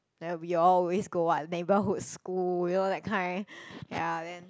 then we always go what neighbourhood school you know that kind ya then